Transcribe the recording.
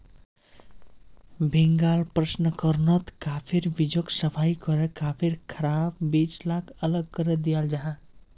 भीन्गाल प्रशंस्कर्नोत काफिर बीजोक सफाई करे काफिर खराब बीज लाक अलग करे दियाल जाहा